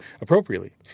appropriately